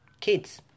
kids